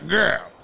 girl